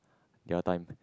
the other time